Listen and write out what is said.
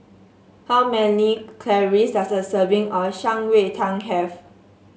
how many calories does a serving of Shan Rui Tang have